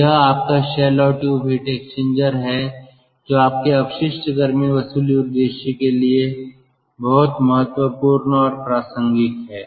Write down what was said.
तो यह आपका शेल और ट्यूब हीट एक्सचेंजर है जो आपके अपशिष्ट गर्मी वसूली उद्देश्य के लिए भी बहुत महत्वपूर्ण और प्रासंगिक है